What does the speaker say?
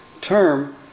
term